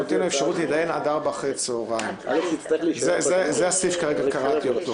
תינתן האפשרות להידיין עד 16:00. זה הסעיף שכרגע קראתי.